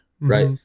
right